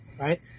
right